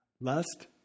Lust